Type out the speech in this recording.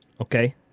Okay